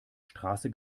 straße